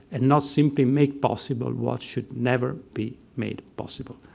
and not simply make possible what should never be made possible.